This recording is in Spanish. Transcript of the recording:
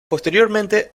posteriormente